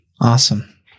Awesome